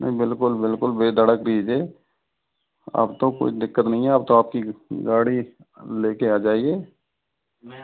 नहीं बिल्कुल बिल्कुल बेधड़क दीजिए अब तो कोई दिक्कत नहीं है अब तो आप की गाड़ी ले के आ जाएगी